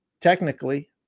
Technically